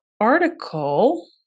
article